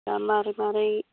दा मारै मारै